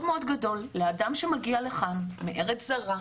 מאוד גדול לאדם שמגיע לכאן מארץ זרה,